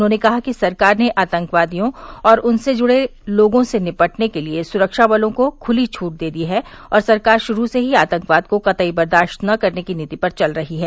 उन्होंने कहा कि सरकार ने आतंकवादियों और उनसे जुड़े लोगों से निपटने के लिए सुरक्षा बलों को खुली छूट दे दी है और सरकार शुरू से ही आतंकवाद को कतई बर्दाश्त न करने की नीति पर चल रही है